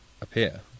appear